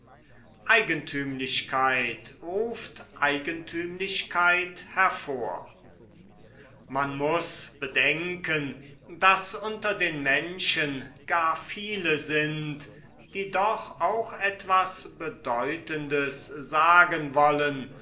ruft eigentümlichkeit hervor man muß bedenken da unter den menschen gar viele sind die doch auch etwas bedeutendes sagen wollen